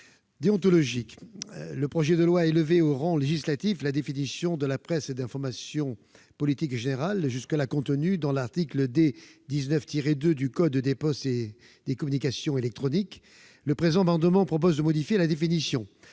déontologique. Le projet de loi a élevé au rang législatif la définition de la presse et de l'information de politique générale, jusque-là contenue dans l'article D. 19-2 du code des postes et des communications électroniques. Les auteurs du présent amendement proposent de modifier la définition.